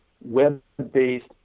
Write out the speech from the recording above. web-based